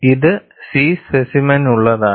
ഇത് C സ്പെസിമെൻസിനുള്ളതാണ്